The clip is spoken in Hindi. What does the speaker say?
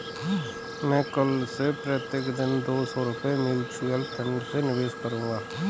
मैं कल से प्रत्येक दिन दो सौ रुपए म्यूचुअल फ़ंड में निवेश करूंगा